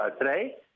today